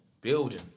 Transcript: Building